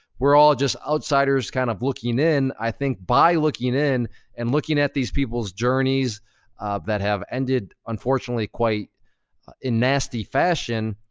we're all just outsiders kinda kind of looking in. i think by looking in and looking at these people's journeys that have ended, unfortunately, quite in nasty fashion,